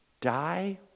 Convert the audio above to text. Die